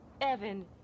Evan